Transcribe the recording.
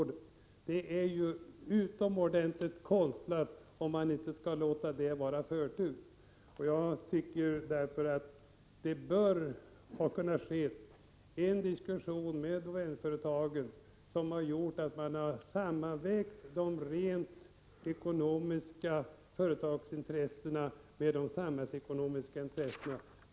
Det är utomordentligt konstlat att inte låta en sådan verksamhet få förtur. Jag tycker därför att det borde ha gått att föra en diskussion med Domänföretagen, varvid man hade kunnat sammanväga de rent ekonomiska företagsintressena med de samhällsekonomiska intressena.